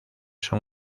son